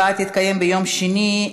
הישיבה הבאה תתקיים ביום שני,